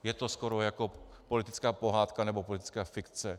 Je to skoro jako politická pohádka nebo politická fikce.